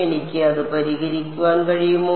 എനിക്ക് അത് പരിഹരിക്കാൻ കഴിയുമോ